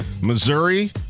Missouri